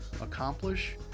accomplish